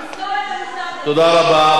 תודה רבה.